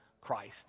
Christ